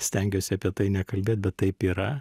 stengiuosi apie tai nekalbėt bet taip yra